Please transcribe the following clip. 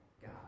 God